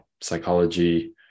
psychology